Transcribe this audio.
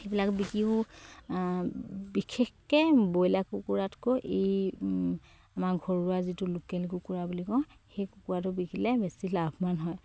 সেইবিলাক বিকিও বিশেষকে ব্ৰইলাৰ কুকুৰাতকৈ এই আমাৰ ঘৰুৱা যিটো লোকেল কুকুৰা বুলি কওঁ সেই কুকুৰাটো বিকিলে বেছি লাভৱান হয়